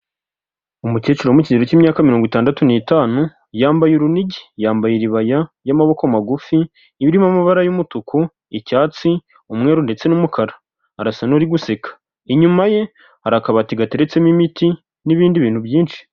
Umukecuru wo mu kigero cy'imyaka mirongo itandatu n'itanu, yambaye urunigi, yambaye iribaya y'amaboko magufi, iba irimo amabara y'umutuku, icyatsi, umweru ndetse n'umukara. Arasa n'uri guseka. Inyuma ye hari akabati gateretsemo imiti n'ibindi bintu byinshi.